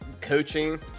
coaching